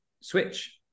switch